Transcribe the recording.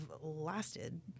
lasted